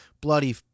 bloody